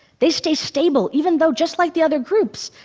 they stay stable, even though just like the other groups,